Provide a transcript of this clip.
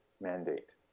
mandate